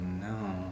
no